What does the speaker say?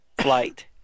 flight